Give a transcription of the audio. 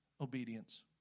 obedience